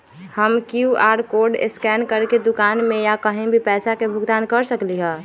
हम QR code scan करके दुकान में या कहीं भी पैसा के भुगतान कर सकली ह?